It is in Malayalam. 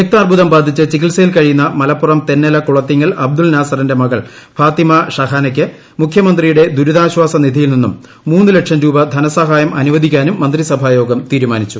രക്താർബുദം ബാധിച്ച് ചികിത്സയിൽ കഴി്യുന്ന മലപ്പുറം തെന്നല കുളത്തിങ്ങൽ അബ്ദുൾ നാസറിന്റെ മകൾ ഫാത്തിമ ഷഹാനയ്ക്ക് മുഖ്യമന്ത്രിയുടെ ദുരിതാശ്വാസ ്നിധിയിൽ നിന്നും മൂന്നു ലക്ഷം രൂപ ധനസഹായം അനുവദിക്കാനും മന്ത്രിസഭായോഗം തീരുമാനിച്ചു